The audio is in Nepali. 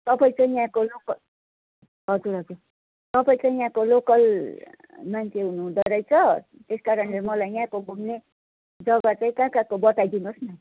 तपाईँ चाहिँ यहाँको लोकल हजुर हजुर तपाईँ चाहिँ यहाँको लोकल मान्छे हुनुहुँदोरहेछ त्यसकरणले मलाई यहाँको घुम्ने जग्गा चाहिँ कहाँ कहाँको बताइदिनोस् न